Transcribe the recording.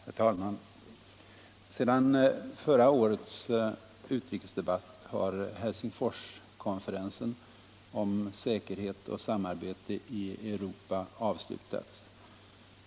Herr talman! Sedan förra årets utrikesdebatt har Helsingforskonferensen om säkerhet och samarbete i Europa avslutats.